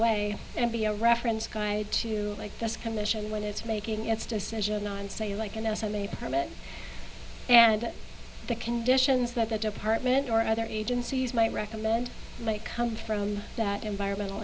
way and be a reference guide to like this commission when it's making its decision and say like in the us i may permit and the conditions that the department or other agencies might recommend may come from that environmental